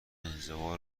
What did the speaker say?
انزوا